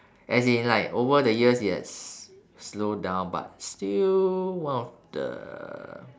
as in like over the years it has slowed down but still one of the